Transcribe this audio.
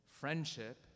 friendship